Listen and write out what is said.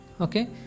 okay